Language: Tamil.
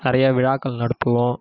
நிறையா விழாக்கள் நடத்துவோம்